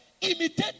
imitate